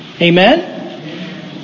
Amen